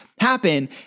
happen